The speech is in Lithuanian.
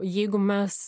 jeigu mes